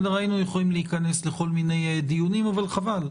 היינו יכולים להיכנס לכל מיני דיונים, אבל חבל.